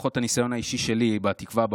לפחות הניסיון האישי שלי בתקווה,